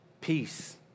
peace